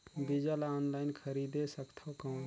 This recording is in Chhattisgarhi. बीजा ला ऑनलाइन खरीदे सकथव कौन?